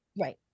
Right